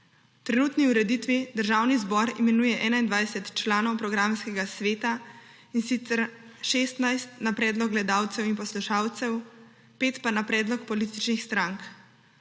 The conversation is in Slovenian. trenutni ureditvi Državni zbor imenuje 21 članov programskega sveta, in sicer 16 na predlog gledalcev in poslušalcev, 5 pa na predlog političnih strank.